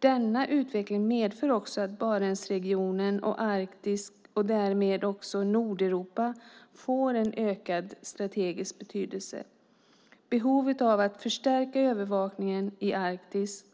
Denna utveckling medför också att Barentsregionen och Arktis, och därmed också Nordeuropa, får en ökad strategisk betydelse. Behovet av att förstärka övervakningen i Arktis